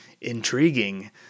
Intriguing